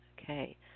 Okay